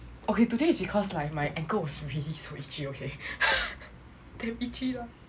okay today is because like my ankle was really so itchy okay damn itchy lah